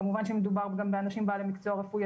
כמובן שמדובר גם באנשים בעלי מקצוע רפואי,